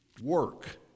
work